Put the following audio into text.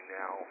now